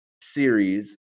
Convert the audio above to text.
series